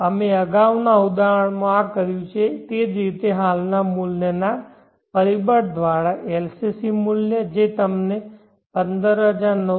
અમે અગાઉના ઉદાહરણમાં આ કર્યું છે તે જ રીતે હાલના મૂલ્યના પરિબળ દ્વારા LCC મૂલ્ય જે તમને રૂ